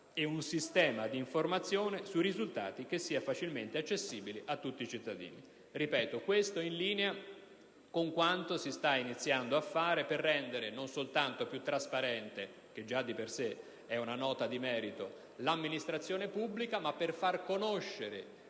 ed un sistema di informazione sui risultati che sia facilmente accessibile a tutti i cittadini». Ripeto che tutto ciò è in linea con quanto si sta iniziando a fare per rendere non soltanto più trasparente - cosa che già di per sé rappresenta una nota di merito - l'amministrazione pubblica, ma anche per far conoscere